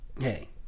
hey